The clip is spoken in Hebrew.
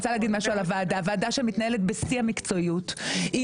זו ועדה שמתנהלת בשיא המקצועיות,